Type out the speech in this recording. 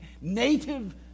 native